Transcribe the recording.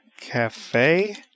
cafe